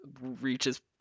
reaches